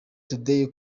today